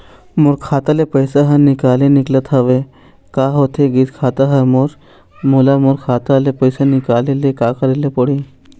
मोर खाता ले पैसा हर निकाले निकलत हवे, का होथे गइस खाता हर मोर, मोला मोर खाता ले पैसा निकाले ले का करे ले पड़ही?